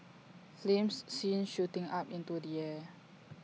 flames seen shooting up into the air